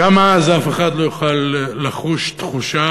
גם אז אף אחד לא יוכל לחוש את התחושה